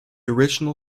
original